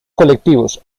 colectivos